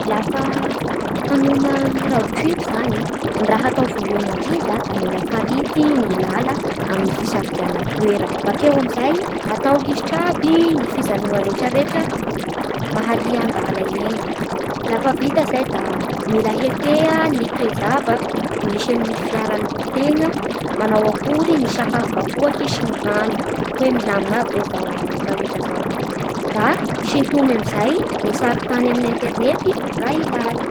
Lafa hanoma ny road trip zany e, ny raha atao voalohany indrindra da mila farity ny lalà amin'ny fisafidianan'ny toera bakeo amin'izay atao lisitry aby ny fijanoa rehetrarehetra maha lia andalà eny. Lafa vita zay da mila hetea ny toejava misy eo amin'ny fiarantegna, manao akory ny sakafom-bahoaky sy ny rano, hoe milamina iaby ve zao raha rehetrarehetra zao. da sintony amin'izay ny sary tany amin'ny interinety raha ila.